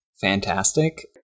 fantastic